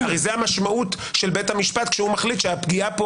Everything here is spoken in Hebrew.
הרי זו המשמעות של בית המשפט כשהוא מחליט שהפגיעה פה